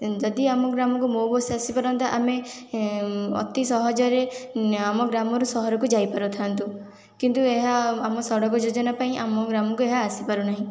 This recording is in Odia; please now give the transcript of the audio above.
ଯଦି ଆମ ଗ୍ରାମକୁ ମୋ ବସ ଆସିପାରନ୍ତା ଆମେ ଅତି ସହଜରେ ଆମ ଗ୍ରାମରୁ ସହରକୁ ଯାଇପାରିଥାନ୍ତୁ କିନ୍ତୁ ଏହା ଆମ ସଡ଼କ ଯୋଜନା ପାଇଁ ଆମ ଗ୍ରାମକୁ ଏହା ଆସିପାରୁନାହିଁ